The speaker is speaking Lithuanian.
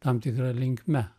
tam tikra linkme